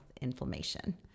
inflammation